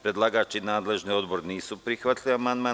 Predlagač i nadležni Odbor nisu prihvatili amandman.